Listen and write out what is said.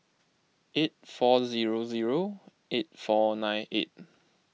eight four zero zero eight four nine eight